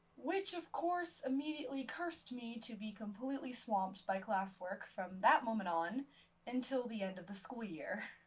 which of course immediately cursed me to be completely swamped by classwork from that moment on until the end of the school year.